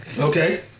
Okay